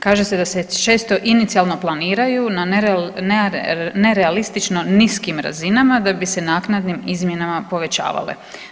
Kaže se da se često inicijalno planiraju na nerealistično niskim razinama da bi se naknadnim izmjenama povećavale.